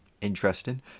Interesting